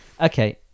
Okay